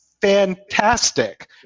fantastic